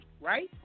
right